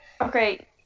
Okay